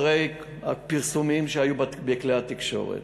אחרי הפרסומים שהיו בכלי התקשורת.